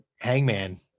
Hangman